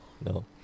No